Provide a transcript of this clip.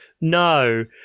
no